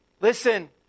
Listen